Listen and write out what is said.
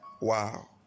Wow